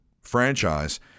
franchise